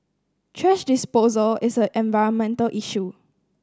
thrash disposal is an environmental issue